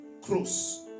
cross